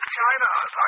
china